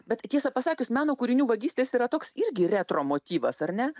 bet tiesą pasakius meno kūrinių vagystės yra toks irgi retro motyvas ar ne